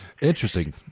Interesting